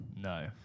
No